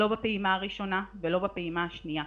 לא בפעימה הראשונה ולא בפעימה השנייה.